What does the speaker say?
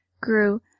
grew